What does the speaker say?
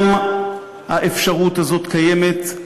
גם האפשרות הזאת קיימת,